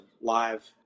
live